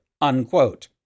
unquote